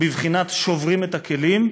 בבחינת "שוברים את הכלים"?